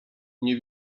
nie